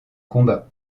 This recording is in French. combat